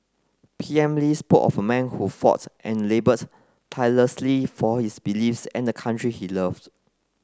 P M Lee spoke of a man who fought and laboured tirelessly for his beliefs and the country he loved